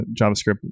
javascript